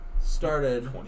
started